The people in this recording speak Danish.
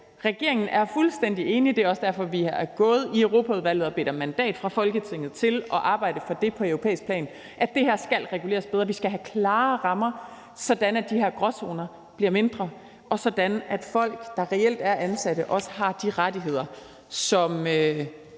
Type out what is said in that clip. regeringen fuldstændig enig i – og det er også derfor, vi er gået til Europaudvalget og har bedt om mandat fra Folketinget til at arbejde for det på europæisk plan – at det her skal reguleres bedre, og at vi skal have klare rammer, sådan at de her gråzoner bliver mindre, og sådan at folk, der reelt er ansatte, også har de rettigheder,